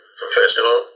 professional